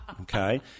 Okay